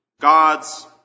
God's